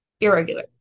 irregular